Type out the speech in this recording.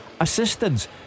assistance